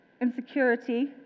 insecurity